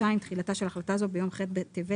תחילה2.תחילתה של החלטה זו ביום ח' בטבת